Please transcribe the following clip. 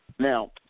Now